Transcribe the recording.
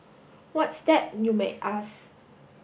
what's that you may ask